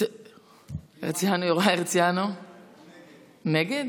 בעד, יוראי הרצנו, נגד.